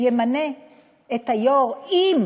ימנה את היו"ר, אם